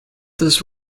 this